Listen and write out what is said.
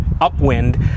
upwind